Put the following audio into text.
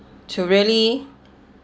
to really